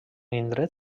indret